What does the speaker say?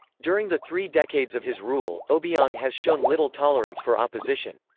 during the three decades of his rule, obiang has shown little tolerance for opposition.